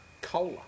Cola